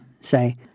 say